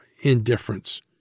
indifference